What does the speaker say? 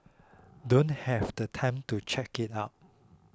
don't have the time to check it out